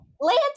Lance